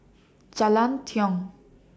Jalan Tiong